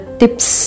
tips